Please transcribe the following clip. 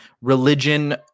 religion